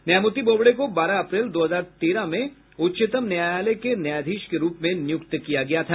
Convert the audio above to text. न्यायमूर्ति बोबड़े को बारह अप्रैल दो हजार तेरह में उच्चतम न्यायालय के न्यायाधीश के रूप में नियुक्त किया गया था